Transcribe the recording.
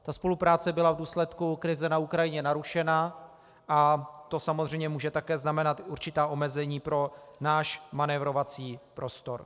Ta spolupráce byla v důsledku krize na Ukrajině narušena a to samozřejmě může také znamenat určitá omezení pro náš manévrovací prostor.